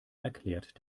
erklärt